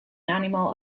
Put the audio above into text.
animal